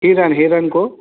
हिरण हिरण को